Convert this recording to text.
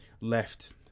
left